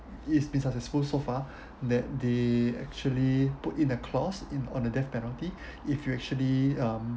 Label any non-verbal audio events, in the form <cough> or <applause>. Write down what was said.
it's been successful so far <breath> that they actually put in a clause in on the death penalty <breath> if you actually um